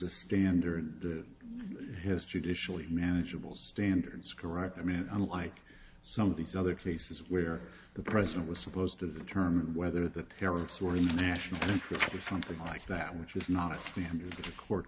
a standard has traditionally manageable standards correct i mean unlike some of these other cases where the president was supposed to determine whether the terrorists were in the national interest for something like that which was not